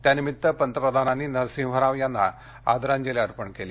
त्यानिमित्त पंतप्रधानांनी नरसिंहराव यांना आदरांजली अर्पण केली